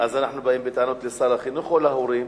אז אנחנו באים בטענות לשר החינוך או להורים?